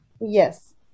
Yes